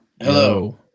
Hello